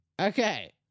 Okay